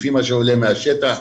לפי מה שעולה מהשטח.